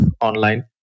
online